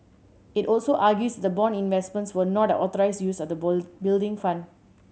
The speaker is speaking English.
it also argues the bond investments were not an authorised use of the Building Fund